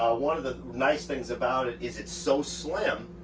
ah one of the nice things about it is it's so slim.